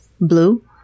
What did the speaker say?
Blue